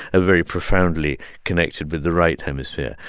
ah very profoundly connected with the right hemisphere.